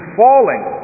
falling